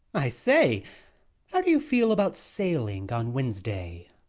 i say how do you feel about sailing on wednesday?